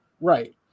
right